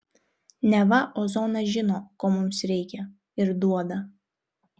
neva ozonas žino ko mums reikia ir duoda